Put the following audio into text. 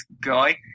guy